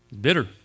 Bitter